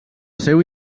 seu